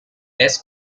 less